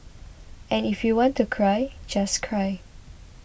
and if you want to cry just cry